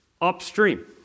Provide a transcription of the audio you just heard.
upstream